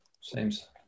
Seems